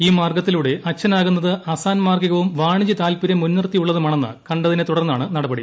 ഈ മാർശ്ഗത്തിലൂടെ അച്ഛനാകുന്നത് അസാന്മാർഗ്ഗികവും വാ്ണിജ്യതാൽപ്പര്യം മുൻനിർത്തിയുള്ളതുമാണെന്ന് കണ്ടതിനെതുടർന്നാണ് നടപടി